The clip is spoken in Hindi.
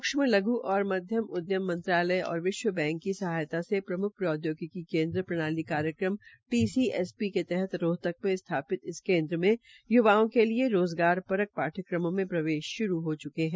सूक्षम लघ् और माध्यम उदयम मंत्रालय और विश्व बैंक की सहायत से प्रमुख प्रौदयोगिकी केन्द्र प्रणाली कार्यक्रम टी सी एस पी के तहत रोहतक में स्थापित इस केन्द्र में यूवओं के लिए रोज़गार परक पाठ्यक्रमों में प्रवेश शुरू हो चुहे है